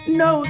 no